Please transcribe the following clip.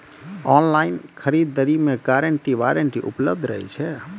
Online खरीद दरी मे गारंटी वारंटी उपलब्ध रहे छै?